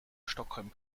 stockholm